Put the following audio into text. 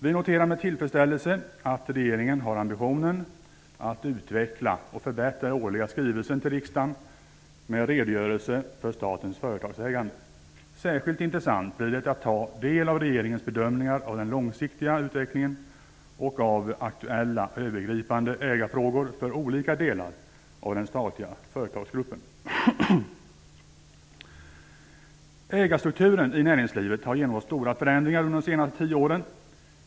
Vi noterar med tillfredsställelse att regeringen har ambitionen att utveckla och förbättra den årliga skrivelsen till riksdagen med redogörelse för statens företagsägande. Särskilt intressant blir det att ta del av regeringens bedömningar av den långsiktiga utvecklingen och av aktuella övergripande ägarfrågor för olika delar av den statliga företagsgruppen. Ägarstrukturen i näringslivet har genomgått stora förändringar under de senaste tio åren.